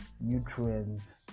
nutrients